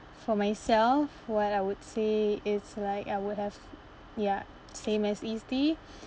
for myself what I would say it's like I would have ya same as isti